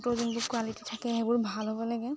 photo যোনবোৰ quality থাকে সেইবোৰ ভাল হ'ব লাগে